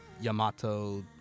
Yamato